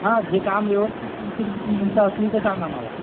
हा जे काम व्यवस्थित असले तर सांगा मला